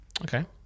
Okay